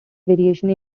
variations